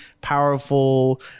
powerful